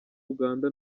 uganda